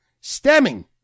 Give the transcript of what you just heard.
stemming